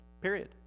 period